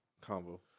combo